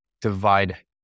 divide